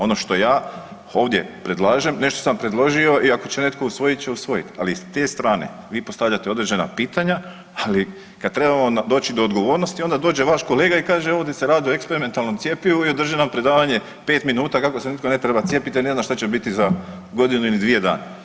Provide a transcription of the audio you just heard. Ono što ja ovdje predlažem, nešto sam predložio i ako će netko usvojit će usvojit, ali s te strane vi postavljate određena pitanja, ali kad trebamo doći do odgovornosti onda dođe vaš kolega i kaže ovdje se radi o eksperimentalom cjepivu i održi nam predavanje 5 minuta kako se nitko ne treba cijepiti jer ne zna šta će biti za godinu ili dvije dana.